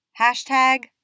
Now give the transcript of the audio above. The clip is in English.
Hashtag